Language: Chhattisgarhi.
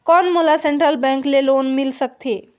कौन मोला सेंट्रल बैंक ले लोन मिल सकथे?